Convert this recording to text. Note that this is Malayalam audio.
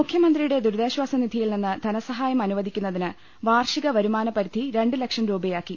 മുഖ്യമന്ത്രിയുടെ ദുരിതാശ്ചാസനിധിയിൽനിന്ന് ധനസഹായം അനു വദിക്കുന്നതിന് വാർഷിക വരുമാനപരിധി രണ്ട് ലക്ഷം രൂപയാക്കി